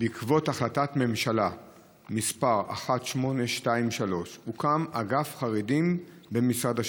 בעקבות החלטת ממשלה מס' 1823 הוקם אגף חרדים במשרד השיכון,